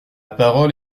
parole